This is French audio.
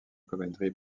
coventry